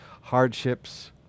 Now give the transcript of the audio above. hardships